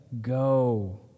Go